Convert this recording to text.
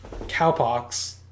cowpox